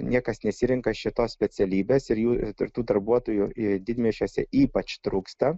niekas nesirenka šitos specialybės ir jų ir tų darbuotojų didmiesčiuose ypač trūksta